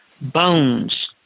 bones